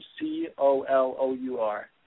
C-O-L-O-U-R